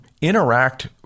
interact